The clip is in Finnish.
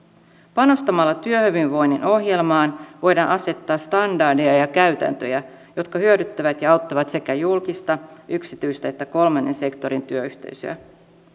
panostamalla työhyvinvoinnin ohjelmaan voidaan asettaa standardeja ja käytäntöjä jotka hyödyttävät ja auttavat sekä julkista yksityistä että kolmannen sektorin työyhteisöä